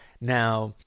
Now